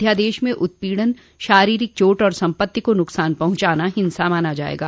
अध्यादेश में उत्पीडन शारीरिक चोट और संपत्ति को नुकसान पहुंचाना हिंसा माना जाएगा